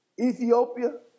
Ethiopia